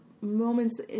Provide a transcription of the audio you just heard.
moments